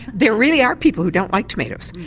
there really are people who don't like tomatoes.